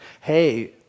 hey